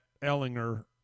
Ellinger